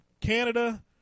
Canada